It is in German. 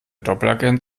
doppelagent